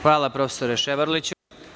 Hvala, profesore Ševarliću.